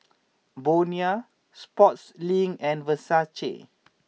Bonia Sportslink and Versace